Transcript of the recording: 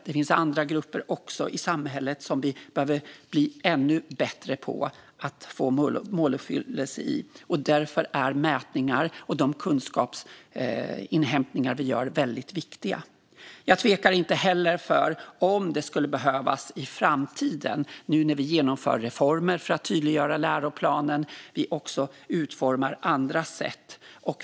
Det finns även andra grupper i samhället vars måluppfyllelse behöver bli ännu bättre, och därför är mätningar och de kunskapsinhämtningar vi gör väldigt viktiga. Jag tvekar inte heller, om det skulle behövas i framtiden när vi nu genomför reformer för att tydliggöra läroplanen, kring att vi också utformar andra sätt.